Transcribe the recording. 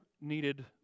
needed